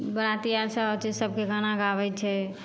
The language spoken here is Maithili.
बराती आर सब आबय छै सबके गाना गाबय छै